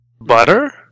Butter